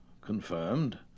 confirmed